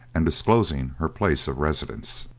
and disclosing her place of residence.